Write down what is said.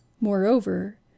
Moreover